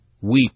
Weep